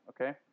okay